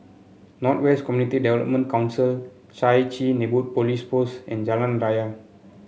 North West Community Development Council Chai Chee Neighbourhood Police Post and Jalan Raya